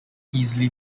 easily